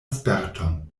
sperton